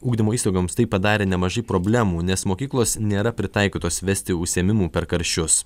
ugdymo įstaigoms tai padarė nemažai problemų nes mokyklos nėra pritaikytos vesti užsiėmimų per karščius